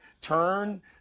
turn